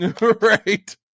Right